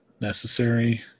necessary